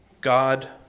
God